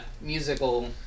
musical